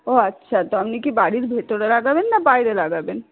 ও আচ্ছা তো আপনি কি বাড়ির ভেতরে লাগাবেন না বাইরে লাগাবেন